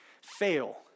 Fail